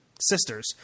sisters